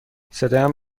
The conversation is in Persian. صدایم